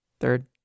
Third